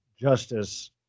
justice